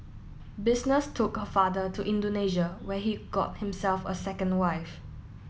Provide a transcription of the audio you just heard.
business took her father to Indonesia where he got himself a second wife